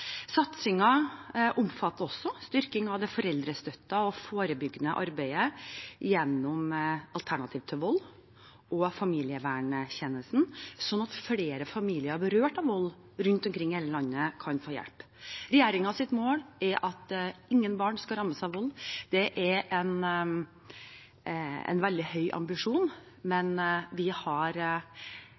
Satsingen omfatter også styrking av foreldrestøtten og det forebyggende arbeidet gjennom Alternativ til Vold og familieverntjenesten, sånn at flere familier som er berørt av vold rundt omkring i hele landet, kan få hjelp. Regjeringens mål er at ingen barn skal rammes av vold. Det er en veldig høy ambisjon, men vi har